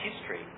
history